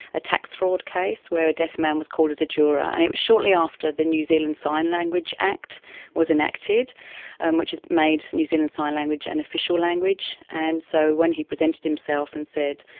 a tax fraud case where a deaf man was called as a juror. and it was shortly after the new zealand sign language act was enacted and which made new zealand sign language an official language. and so when he presented himself and said,